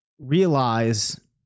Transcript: realize